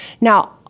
Now